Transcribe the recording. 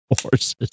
horses